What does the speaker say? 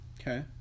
Okay